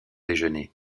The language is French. déjeuner